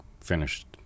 finished